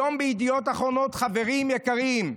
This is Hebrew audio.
היום בידיעות אחרונות, חברים יקרים: